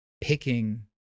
picking